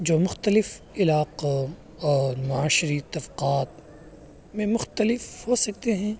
جو مختلف علاقوں اور معاشی طبقات میں مختلف ہو سکتے ہیں